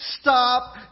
stop